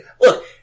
Look